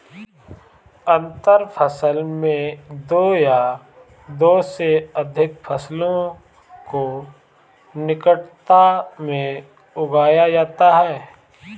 अंतर फसल में दो या दो से अघिक फसलों को निकटता में उगाया जाता है